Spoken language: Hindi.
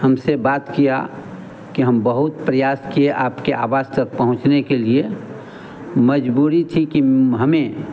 हमसे बात किया कि हम बहुत प्रयास किए आपके आवाज़ तक पहुँचने के लिए मजबूरी थी कि हमें